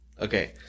Okay